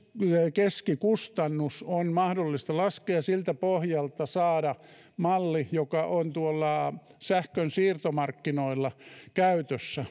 keskikustannus on mahdollista laskea ja siltä pohjalta saada malli joka on sähkön siirtomarkkinoilla käytössä